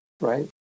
right